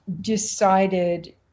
decided